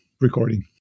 recording